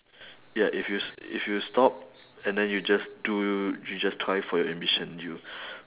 ya if you s~ if you stop and then you just do you just try for your ambitions you